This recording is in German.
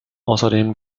außerdem